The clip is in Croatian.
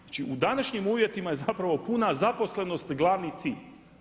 Znači u današnjim uvjetima je zapravo puna zaposlenost glavni cilj.